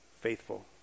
faithful